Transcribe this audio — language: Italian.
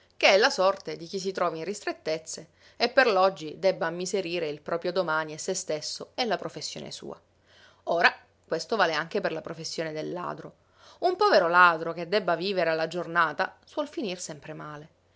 che è la sorte di chi si trovi in ristrettezze e per l'oggi debba ammiserire il proprio domani e se stesso e la professione sua ora questo vale anche per la professione del ladro un povero ladro che debba vivere alla giornata suol finir sempre male